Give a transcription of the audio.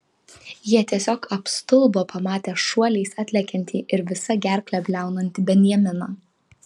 jie tiesiog apstulbo pamatę šuoliais atlekiantį ir visa gerkle bliaunantį benjaminą